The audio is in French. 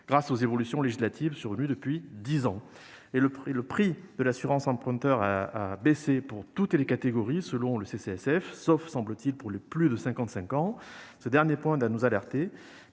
grâce aux évolutions législatives survenues depuis dix ans. Le prix de l'assurance emprunteur a baissé pour toutes les catégories, selon le CCSF, sauf, semble-t-il, pour les plus de 55 ans. Ce dernier point doit nous alerter,